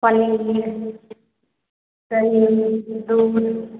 पनीर दही दूध